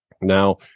now